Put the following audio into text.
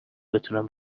بتونم